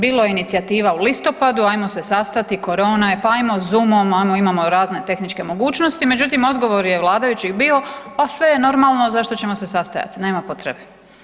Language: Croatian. Bilo je inicijativa u listopadu ajmo se sastati, korona je, pa ajmo zumom, ajmo imamo razne tehničke mogućnosti, međutim odgovor je vladajućih bio pa sve je normalno zašto ćemo se sastajati, nema potrebe.